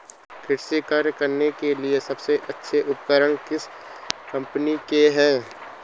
कृषि कार्य करने के लिए सबसे अच्छे उपकरण किस कंपनी के हैं?